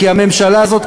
כי הממשלה הזאת,